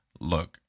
look